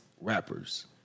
rappers